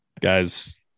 Guys